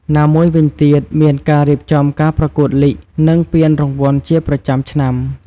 ណាមួយវិញទៀត មានការរៀបចំការប្រកួតលីគ និងពានរង្វាន់ជាប្រចាំឆ្នាំ។